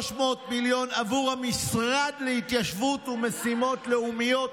300 מיליון עבור המשרד להתיישבות ומשימות לאומיות,